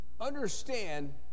understand